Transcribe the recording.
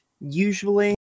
usually